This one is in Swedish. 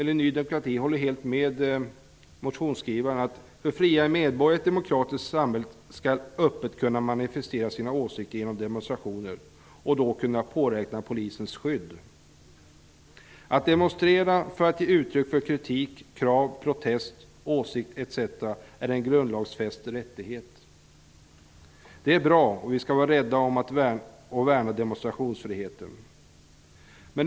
Ny demokrati håller helt med motionsskrivaren om att fria medborgare i ett demokratiskt samhälle öppet skall kunna manifestera sina åsikter genom demonstrationer och då kunna påräkna polisens skydd. Att demonstrera för att ge uttryck för kritik, krav, protest, åsikt etc. är en grundlagsfäst rättighet. Det är bra. Vi skall vara rädda om och värna demonstrationsfriheten.